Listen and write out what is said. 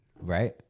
right